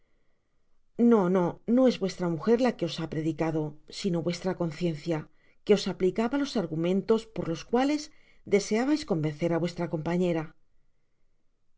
no no no es vuestra mujer la que os ha predicado v sino vuestra conciencia que os aplicaba los argumentos por los cuales deseábais convencer á vuestra compañera